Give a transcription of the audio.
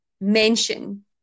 mention